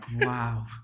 Wow